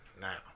now